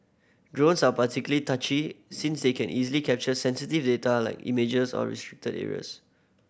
drones are particularly touchy since they can easily capture sensitive data like images of restricted areas